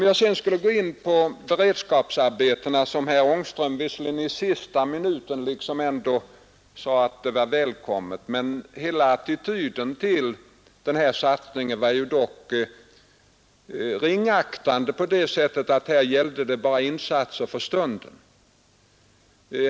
Jag skall sedan gå in pa beredskapsarbetena, som herr Angström liksom i sista stund i sitt anförande sade var välkomna; hela hans attityd till den satsningen var dock ringaktande eftersom han menade att här 25 gällde det bara insatser för stunden.